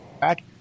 back